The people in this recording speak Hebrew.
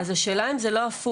אז השאלה היא אם זה לא הפוך,